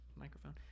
microphone